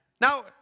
Now